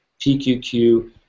PQQ